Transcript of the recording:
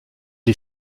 est